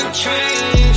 change